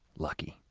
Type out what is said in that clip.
lucky.